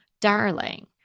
darling